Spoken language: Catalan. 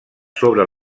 sobre